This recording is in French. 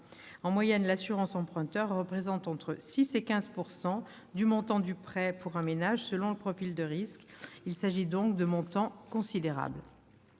En moyenne, l'assurance emprunteur représente entre 6 % et 15 % du montant du prêt pour un ménage, selon son profil de risques. Les montants en jeu sont donc considérables.